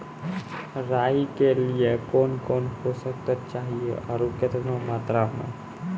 राई के लिए कौन कौन पोसक तत्व चाहिए आरु केतना मात्रा मे?